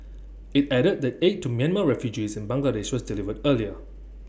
IT added that aid to Myanmar refugees in Bangladesh was delivered earlier